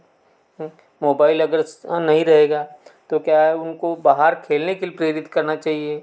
mobile अगर नहीं रहेगा तो क्या है उनको बाहर खेलने के लिए प्रेरित करना चाहिए